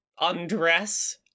undress